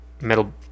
metal